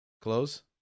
Close